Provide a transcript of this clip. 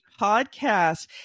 Podcast